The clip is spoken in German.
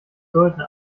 sollten